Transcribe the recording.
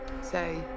Say